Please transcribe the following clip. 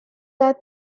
are